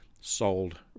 sold